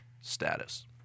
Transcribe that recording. status